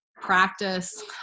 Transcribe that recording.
practice